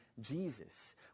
Jesus